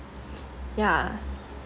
yeah